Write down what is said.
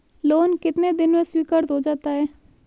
Loan कितने दिन में स्वीकृत हो जाता है?